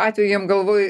atveju jiem galvoj